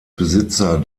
besitzer